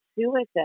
suicide